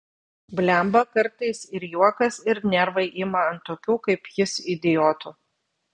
blemba kartais ir juokas ir nervai ima ant tokių kaip jis idiotų